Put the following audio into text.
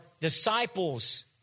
disciples